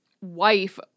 wife